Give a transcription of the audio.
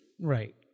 Right